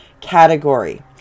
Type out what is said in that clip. category